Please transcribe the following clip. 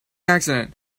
accident